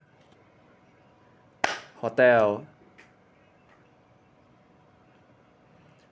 hotel